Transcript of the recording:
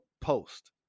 Post